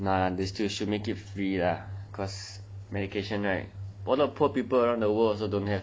nah they still should make it free lah cause medication right one of poor people around the world also don't have